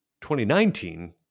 2019